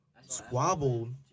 squabbled